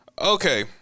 Okay